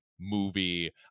movie